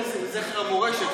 זה יום לזכר מורשת,